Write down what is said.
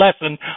lesson